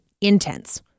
intense